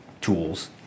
tools